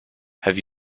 have